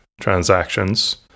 transactions